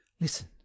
listen